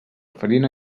farina